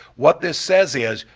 what this says is,